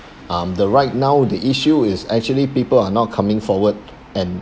um the right now the issue is actually people are not coming forward and